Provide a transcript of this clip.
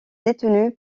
détenu